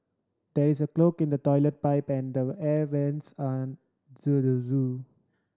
there is a clog in the toilet pipe and the air vents an the zoo